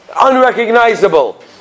unrecognizable